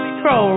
pro